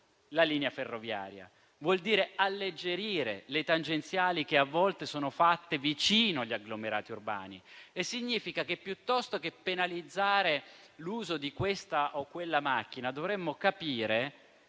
la linea ferroviaria e alleggerendo le tangenziali che a volte sono realizzate vicino agli agglomerati urbani; significa che, piuttosto che penalizzare l'uso di questa o quella macchina, dovremmo capire che